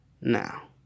Now